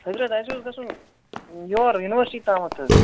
حضرت اَسہِ اوس گژھُن یور یُنورسٹی تامَتھ حظ